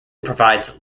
provides